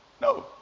No